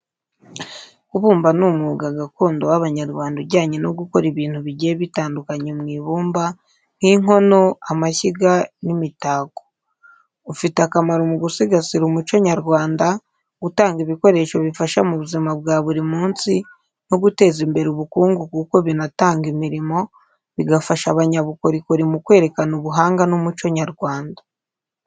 Kubumba ni umwuga gakondo w’Abanyarwanda ujyanye no gukora ibintu bigiye bitandukanye mu ibumba, nk’inkono, amashyiga, n’imitako. Ufite akamaro mu gusigasira umuco nyarwanda, gutanga ibikoresho bifasha mu buzima bwa buri munsi, no guteza imbere ubukungu kuko binatanga imirimo, bigafasha abanyabukorikori mu kwerekana ubuhanga n’umuco nyarwanda.